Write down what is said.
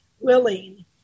willing